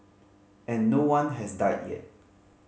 and no one has died yet